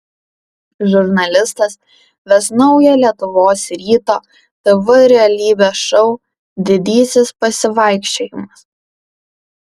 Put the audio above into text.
žurnalistas ves naują lietuvos ryto tv realybės šou didysis pasivaikščiojimas